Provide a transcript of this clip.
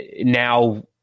now